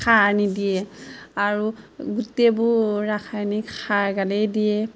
সাৰ নিদিয়ে আৰু গোটেইবোৰ ৰাসায়নিক সাৰগালেই দিয়ে